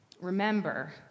Remember